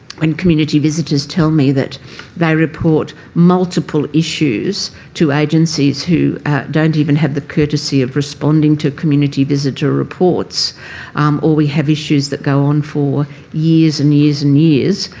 community visitors tell me that they report multiple issues to agencies who don't even have the courtesy of responding to community visitor reports or we have issues that go on for years and years and years,